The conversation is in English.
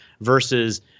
versus